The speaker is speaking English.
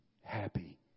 happy